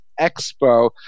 Expo